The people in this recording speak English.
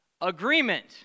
agreement